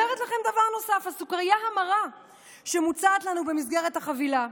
אני אומרת לכם דבר נוסף: הסוכרייה המרה שמוצעת לנו במסגרת החבילה,